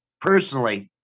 personally